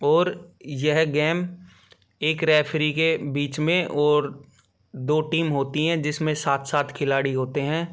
और यह गेम एक रेफरी के बीच में और दो टीम होती है जिसमें सात सात खिलाड़ी होते हैं